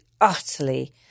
utterly